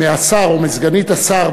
מהשר או מסגנית השר,